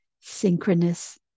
synchronous